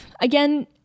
again